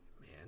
man